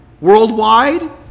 Worldwide